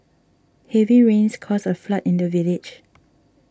heavy rains caused a flood in the village